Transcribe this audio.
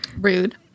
Rude